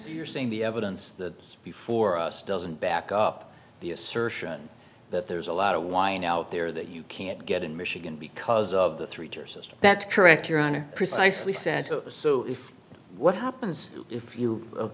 you're seeing the evidence before us doesn't back up the assertion that there's a lot of wine out there that you can't get in michigan because of the three tier system that's correct your honor precisely said so if what happens if